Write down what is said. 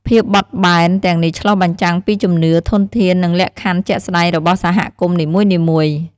ភាពបត់បែនទាំងនេះឆ្លុះបញ្ចាំងពីជំនឿ ធនធាន និងលក្ខខណ្ឌជាក់ស្តែងរបស់សហគមន៍នីមួយៗ។